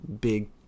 Big